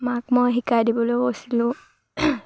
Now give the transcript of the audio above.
মাক মই শিকাই দিবলৈ কৈছিলোঁ